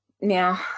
now